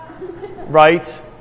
Right